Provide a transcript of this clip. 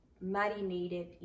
marinated